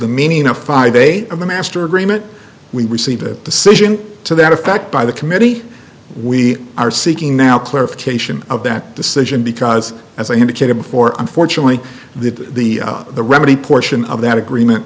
the meaning of five day of the master agreement we received a decision to that effect by the committee we are seeking now clarification of that decision because as i indicated before unfortunately the the the remedy portion of that agreement